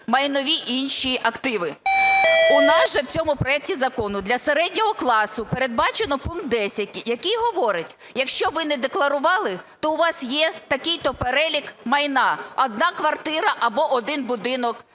майнові інші активи. У нас же в цьому проекті закону для середнього класу передбачено пункт 10, який говорить: якщо ви не декларували, то у вас є такий-то перелік майна (одна квартира або один будинок